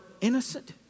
innocent